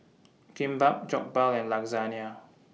Kimbap Jokbal and